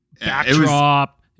Backdrop